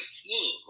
team